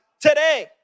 today